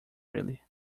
really